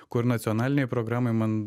kur nacionalinėj programoj man